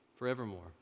Forevermore